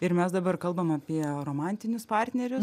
ir mes dabar kalbam apie romantinius partnerius